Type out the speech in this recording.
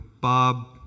Bob